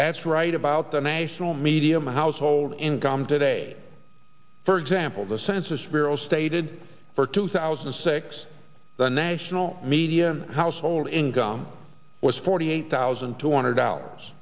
that's right about the national media my household income today for example the census bureau stated for two thousand and six the national median household income was forty eight thousand two hundred dollars